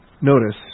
Notice